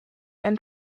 and